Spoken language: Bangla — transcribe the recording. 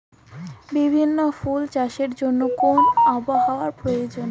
বিভিন্ন ফুল চাষের জন্য কোন আবহাওয়ার প্রয়োজন?